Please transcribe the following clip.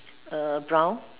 err brown